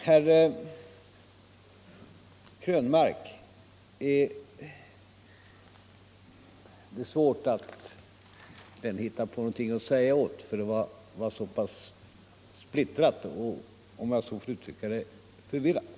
Det är svårt att hitta på någonting att säga åt herr Krönmark, för hans inlägg var så splittrat och — om jag så får uttrycka det — förvirrat.